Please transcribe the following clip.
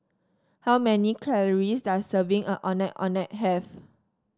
how many calories does a serving of Ondeh Ondeh have